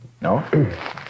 No